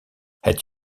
het